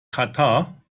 katar